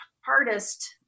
hardest